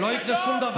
לא יקרה שום דבר.